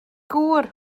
gŵr